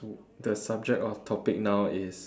the subject of topic now is